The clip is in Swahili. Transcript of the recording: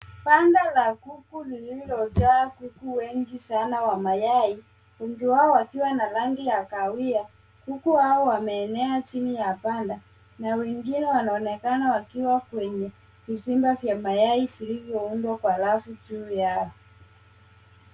Banda la kuku lililojaa kuku wengi sana wa mayai, wengi wao wakiwa na rangi ya kahawia. Kuku hao wameenea chini ya banda na wengine wanaonekana wakiwa kwenye vizimba vya mayai vilivyoundwa kwa rafu, juu yao.